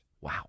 Wow